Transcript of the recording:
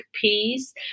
peace